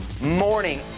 morning